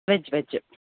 veg veg